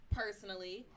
personally